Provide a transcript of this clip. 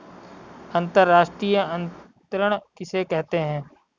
अंतर्राष्ट्रीय अंतरण किसे कहते हैं?